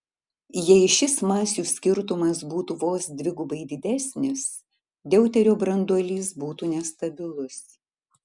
jei šis masių skirtumas būtų vos dvigubai didesnis deuterio branduolys būtų nestabilus